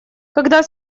когда